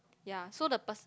ya so the pers~